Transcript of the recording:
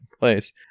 place